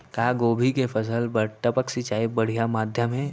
का गोभी के फसल बर टपक सिंचाई बढ़िया माधयम हे?